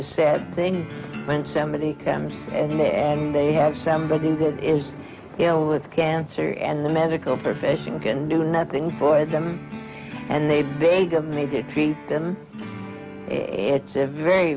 a sad thing when somebody comes in there and they have somebody that is ill with cancer and the medical profession can do nothing for them and they've begun maybe to treat them it's a very